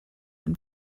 and